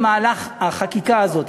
במהלך החקיקה הזאת,